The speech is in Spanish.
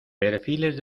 perfiles